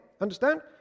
Understand